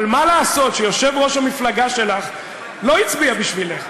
אבל מה לעשות שיושב-ראש המפלגה שלך לא הצביע בשבילך,